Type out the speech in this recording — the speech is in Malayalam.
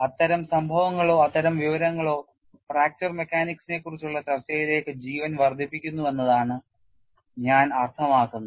അത്തരം സംഭവങ്ങളോ അത്തരം വിവരങ്ങളോ ഫ്രാക്ചർ മെക്കാനിക്സിനെക്കുറിച്ചുള്ള ചർച്ചയിലേക്ക് ജീവൻ വർദ്ധിപ്പിക്കുന്നുവെന്നാണ് ഞാൻ അർത്ഥമാക്കുന്നത്